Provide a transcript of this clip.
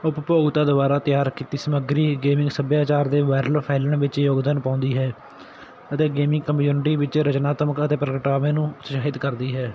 ਉਪਭੋਗਤਾ ਦੁਆਰਾ ਤਿਆਰ ਕੀਤੀ ਸਮੱਗਰੀ ਗੇਮਿੰਗ ਸੱਭਿਆਚਾਰ ਦੇ ਵਾਇਰਲ ਫੈਲਣ ਵਿੱਚ ਯੋਗਦਾਨ ਪਾਉਂਦੀ ਹੈ ਅਤੇ ਗੇਮਿੰਗ ਕਮਿਊਨਿਟੀ ਵਿੱਚ ਰਚਨਾਤਮਕ ਅਤੇ ਪ੍ਰਗਟਾਵੇ ਨੂੰ ਉਤਸ਼ਾਹਿਤ ਕਰਦੀ ਹੈ